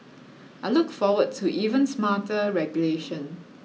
I look forward to even smarter regulation